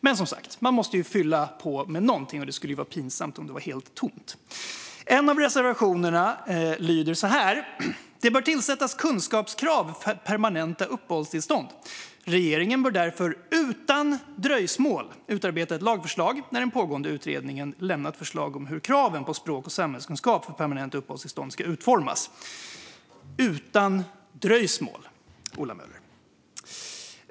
Men, som sagt, man måste fylla anförandena med någonting. Det skulle vara pinsamt om det var helt tomt. I en av reservationerna står det: "Det bör ställas kunskapskrav för permanent uppehållstillstånd. Regeringen bör därför utan dröjsmål utarbeta ett lagförslag när den pågående utredningen lämnat förslag om hur kraven på språk och samhällskunskap för permanent uppehållstillstånd ska utformas". Det står: utan dröjsmål, Ola Möller.